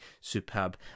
superb